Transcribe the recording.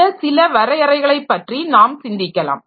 இந்த சில வரையறைகளை பற்றி நாம் சிந்திக்கலாம்